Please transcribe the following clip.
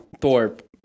Thorpe